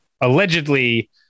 allegedly